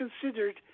considered